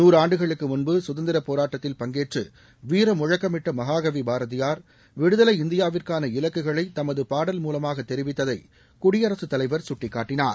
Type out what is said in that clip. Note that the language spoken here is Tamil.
நூறு ஆண்டுகளுக்கு முன்பு சுதந்திரப் போராட்டத்தில் பங்கேற்று வீர முழக்கமிட்ட மகாகவி பாரதியார் விடுதலை இந்தியாவிற்கான இலக்குகளை தமது பாடல் மூலமாக தெரிவித்ததை குடியரசுத்தலைவர் சுட்டிக்காட்டினார்